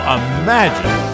imagine